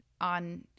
on